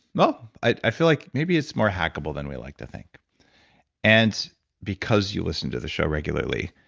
well, i feel like maybe it's more hackable than we like to think and because you listen to the show regularly,